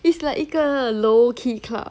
it's like 一个 low key club